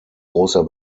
großer